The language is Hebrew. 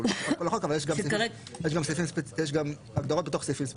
שהוא לא בחוק אבל יש גם הגדרות בתוך סעיפים ספציפיים.